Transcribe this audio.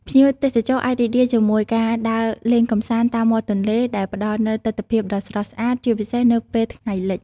ភ្ញៀវទេសចរអាចរីករាយជាមួយការដើរលេងកម្សាន្តតាមមាត់ទន្លេ ដែលផ្តល់នូវទិដ្ឋភាពដ៏ស្រស់ស្អាត ជាពិសេសនៅពេលថ្ងៃលិច។